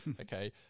Okay